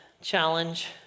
challenge